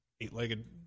eight-legged